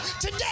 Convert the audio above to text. today